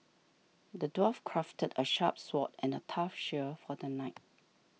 the dwarf crafted a sharp sword and a tough shield for the knight